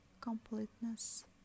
Completeness